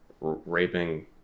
raping